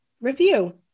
review